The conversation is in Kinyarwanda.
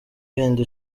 bindi